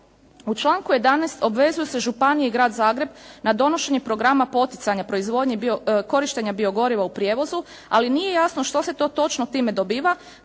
U članku 11. obvezuju se županije i Grad Zagreb na donošenje programa poticanja proizvodnje korištenja biogoriva u prijevozu ali nije jasno što se to točno time dobiva